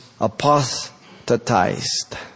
apostatized